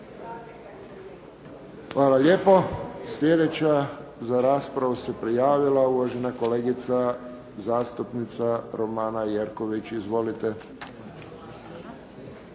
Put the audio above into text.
Hvala lijepo. Sljedeća za raspravu se prijavila uvažena kolegica zastupnica Romana Jerković. Izvolite.